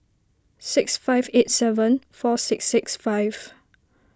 six five eight seven four six six five